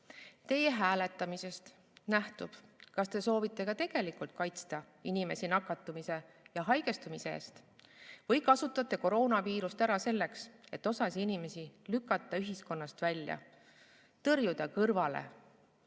Teie hääletamisest nähtub, kas te soovite ka tegelikult kaitsta inimesi nakatumise ja haigestumise eest või kasutate koroonaviirust ära selleks, et lükata osa inimesi ühiskonnast välja, tõrjuda kõrvale,